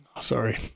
Sorry